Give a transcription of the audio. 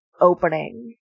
opening